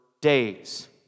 days